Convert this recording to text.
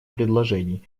предложений